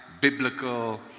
biblical